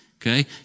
Okay